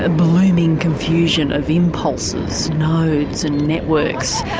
ah blooming confusion of impulses, nodes and networks.